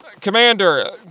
Commander